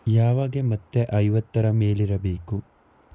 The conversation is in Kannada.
ಯಾವಾಗ ಮತ್ತೆ ಐವತ್ತರ ಮೇಲಿರಬೇಕು